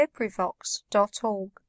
LibriVox.org